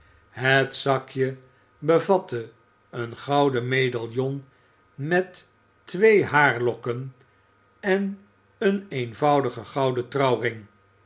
het zakje bevatte een gouden medaillon met twee haarlokken en een eenvoudigen gouden trouwring